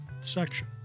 section